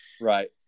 right